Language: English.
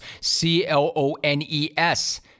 c-l-o-n-e-s